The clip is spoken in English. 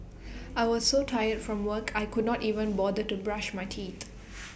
I was so tired from work I could not even bother to brush my teeth